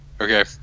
Okay